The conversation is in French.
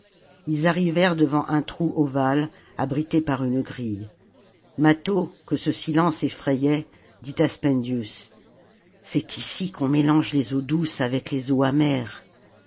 ils arrivèrent devant un trou ovale abrité par une grille mâtho que ce silence effrayait dit à spendius c'est ici qu'on mélange les eaux douces avec les eaux amères